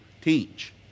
Teach